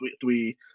three